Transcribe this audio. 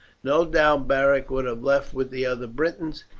no doubt beric would have left with the other britons,